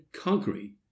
conquering